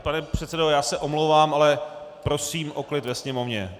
Pane předsedo, já se omlouvám, ale prosím o klid ve sněmovně.